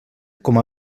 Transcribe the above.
com